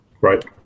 Right